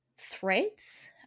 threads